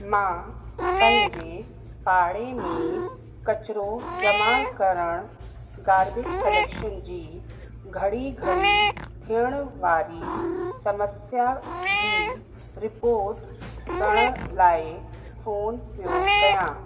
मां पंहिंजे पाड़े में किचरो जमा करणु गार्बेज कलैक्शन जी घड़ी घड़ी थियण वारी समस्या जी रिपोट करण लाइ फोन पियो कयां